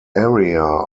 area